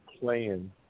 playing